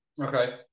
Okay